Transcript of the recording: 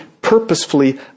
purposefully